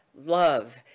love